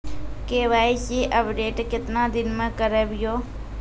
KYC update केतना दिन मे करेबे यो?